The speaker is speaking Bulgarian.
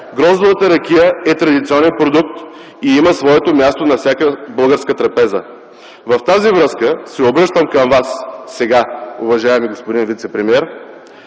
гроздовата ракия е традиционен продукт и има своето място на всяка българска трапеза. В тази връзка сега се обръщам към Вас, уважаеми господин вицепремиер,